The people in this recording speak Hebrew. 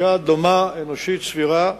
שגישה דומה, אנושית סבירה,